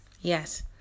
Yes